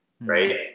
right